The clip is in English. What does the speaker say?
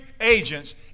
Agents